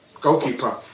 goalkeeper